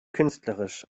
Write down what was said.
künstlerisch